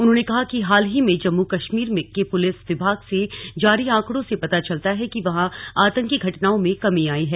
उन्होंने कहा कि हाल ही में जम्मू कश्मीर के पुलिस विभाग से जारी आंकड़ों से पता चलता है कि वहां आतंकी घटनाओं में कमी आई है